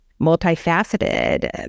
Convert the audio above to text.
multifaceted